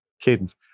cadence